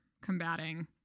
combating